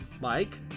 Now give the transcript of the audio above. Mike